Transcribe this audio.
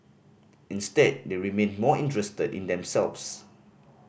instead they remained more interested in themselves